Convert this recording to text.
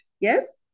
yes